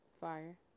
Fire